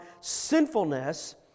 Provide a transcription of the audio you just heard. sinfulness